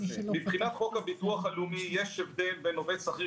מבחינת חוק הביטוח הלאומי יש הבדל בין עובד שכיר